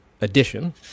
edition